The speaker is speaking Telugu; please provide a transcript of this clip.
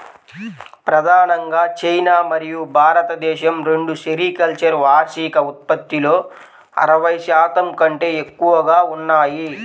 ప్రధానంగా చైనా మరియు భారతదేశం రెండూ సెరికల్చర్ వార్షిక ఉత్పత్తిలో అరవై శాతం కంటే ఎక్కువగా ఉన్నాయి